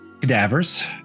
cadavers